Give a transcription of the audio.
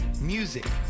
music